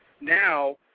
Now